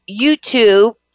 YouTube